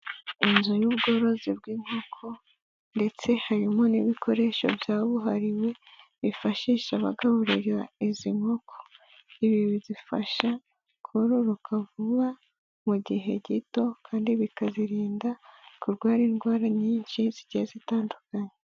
Inzu y'ubworozi bw'inkoko ndetse harimo n'ibikoresho byabuhariwe, bifashisha bagaburira izi nkoko ibi bizifasha kororoka vuba mu gihe gito, kandi bikazirinda kurwara indwara nyinshi zigenda zitandukanye.